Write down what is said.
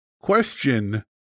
Question